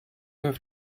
have